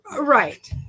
Right